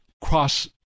cross